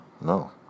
No